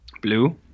Blue